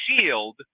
shield